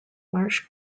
marsh